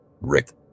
Rick